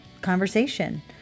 conversation